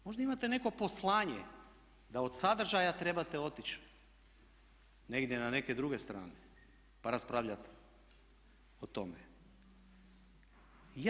Možda imate neko poslanje da od sadržaja trebate otići negdje na neke druge strane pa raspravljat o tome.